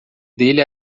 dele